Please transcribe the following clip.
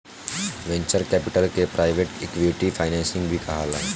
venture capital के private equity financing भी कहाला